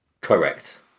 Correct